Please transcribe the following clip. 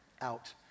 out